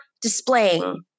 displaying